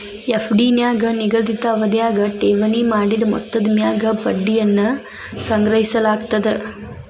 FD ನ್ಯಾಗ ನಿಗದಿತ ಅವಧ್ಯಾಗ ಠೇವಣಿ ಮಾಡಿದ ಮೊತ್ತದ ಮ್ಯಾಗ ಬಡ್ಡಿಯನ್ನ ಸಂಗ್ರಹಿಸಲಾಗ್ತದ